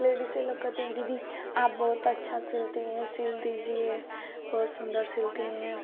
लेडीसें लोग कहती हैं दीदी आप बहुत अच्छा सिलती हैं सिल दीजिए बहुत सुंदर सिलती हैं